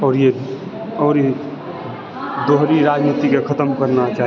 आओर ई आओर ई दोहरी राजनीतिके खतम करना चाही